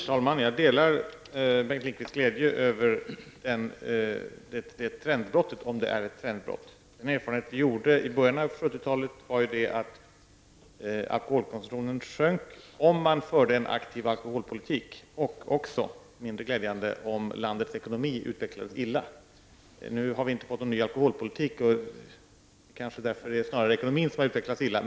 Herr talman! Jag delar Bengt Lindqvists glädje över detta trendbrott -- om det nu är ett trendbrott. Den erfarenhet vi gjorde i början av 70-talet var att alkoholkonsumtionen sjönk om man förde en aktiv alkoholpolitik och även -- mindre glädjande -- om landets ekonomi utvecklades illa. Vi har nu inte fått någon ny alkoholpolitik, och kanske är det därför snarare ekonomin som har utvecklats illa.